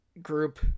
Group